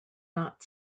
not